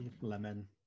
lemon